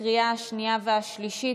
לקריאה השנייה והשלישית.